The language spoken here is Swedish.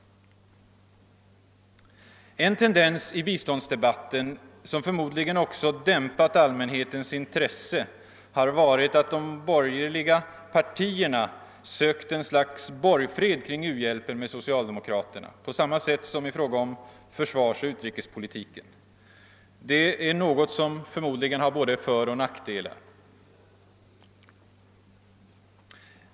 En tendens i biståndsdebatten som förmodligen också dämpat allmänhetens intresse har varit att de borgerliga partierna sökt en slags borgfred kring u-hjälpen med socialdemokraterna på samma sätt som i fråga om försvarsoch utrikespolitiken. Det är något som förmodligen har både föroch nackdelar.